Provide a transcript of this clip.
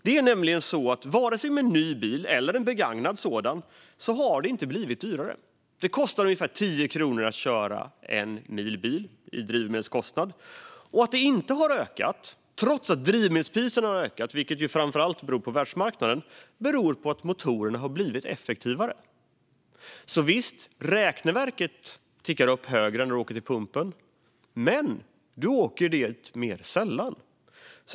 Det har inte blivit dyrare vare sig med en ny bil eller med en begagnad. Det kostar ungefär 10 kronor i drivmedelskostnad att köra bil en mil. Att kostnaden inte har ökat, trots att drivmedelspriserna har ökat framför allt beroende på världsmarknaden, beror på att motorerna har blivit effektivare. Visst tickar räkneverket upp högre när man åker till pumpen och tankar, men man åker dit mer sällan.